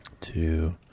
Two